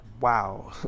wow